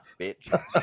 bitch